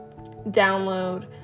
download